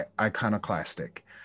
iconoclastic